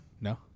No